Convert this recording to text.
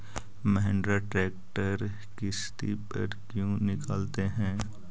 Mahindra tractor किसति पर क्यों निकालते हैं?